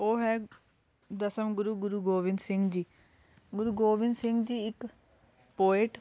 ਉਹ ਹੈ ਦਸਮ ਗੁਰੂ ਗੁਰੂ ਗੋਬਿੰਦ ਸਿੰਘ ਜੀ ਗੁਰੂ ਗੋਬਿੰਦ ਸਿੰਘ ਜੀ ਇੱਕ ਪੋਇਟ